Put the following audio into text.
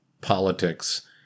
politics